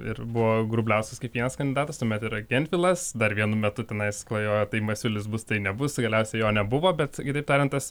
ir buvo grubliauskas kaip vienas kandidatas tuomet yra gentvilas dar vienu metu tenais klajoja tai masiulis bus tai nebus galiausiai jo nebuvo bet kitaip tariant